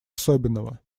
особенного